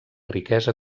riquesa